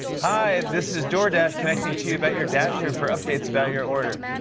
hi. this is doordash connecting to you about your dasher for updates about your order.